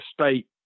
state